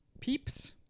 Peeps